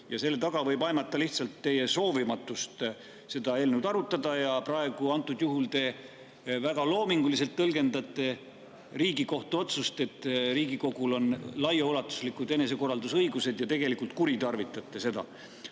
Selle taga võib aimata lihtsalt teie soovimatust seda eelnõu arutada. Praegu te väga loominguliselt tõlgendate Riigikohtu otsust, et Riigikogul on laiaulatuslikud enesekorraldusõigused, ja tegelikult kuritarvitate seda. Aga